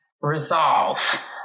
resolve